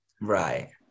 right